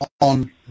on